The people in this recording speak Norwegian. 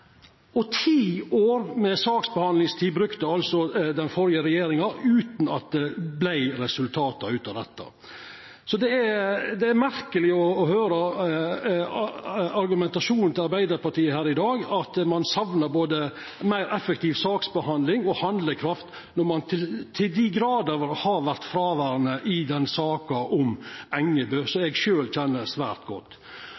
til. Ti år med saksbehandlingstid brukte altså den førre regjeringa utan at det vart resultat av det. Det er merkeleg å høyra på argumentasjonen til Arbeidarpartiet i dag om at ein saknar både meir effektiv saksbehandling og handlekraft når ein til dei grader har vore fråverande i saka om Engebø, som